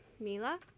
mila